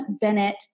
Bennett